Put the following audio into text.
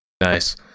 Nice